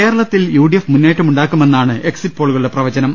കേരളത്തിൽ U D F മുന്നേറ്റമുണ്ടാക്കുമെന്നാണ് എക്സിറ്റ്പോ ളുകളുടെ പ്രവചനം